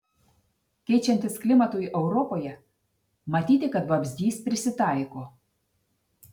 keičiantis klimatui europoje matyti kad vabzdys prisitaiko